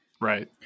Right